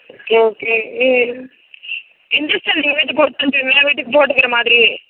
okay okay நீங்கள் injection date போட்டு தந்துடுறீங்களா வீட்டுக்கு போட்டுக்கிற மாதிரி